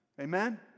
Amen